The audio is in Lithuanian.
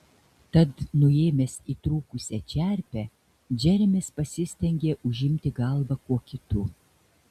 tad nuėmęs įtrūkusią čerpę džeremis pasistengė užimti galvą kuo kitu